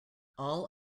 all